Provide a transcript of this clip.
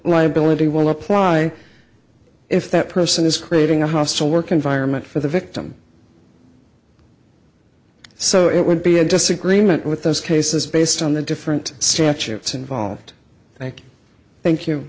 liability will apply if that person is creating a hostile work environment for the victim so it would be a disagreement with those cases based on the different statutes involved thank you